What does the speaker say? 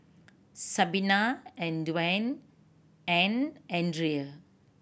Sabina and Duane and Andrea